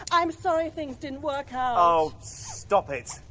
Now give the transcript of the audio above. i'm sorry things didn't work out. oh stop it,